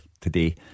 today